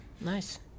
nice